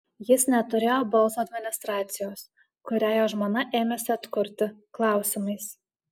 jis neturėjo balso administracijos kurią jo žmona ėmėsi atkurti klausimais